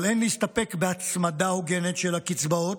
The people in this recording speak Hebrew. אבל אין להסתפק בהצמדה הוגנת של הקצבאות,